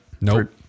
Nope